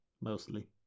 Mostly